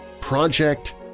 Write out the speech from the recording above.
Project